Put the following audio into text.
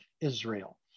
Israel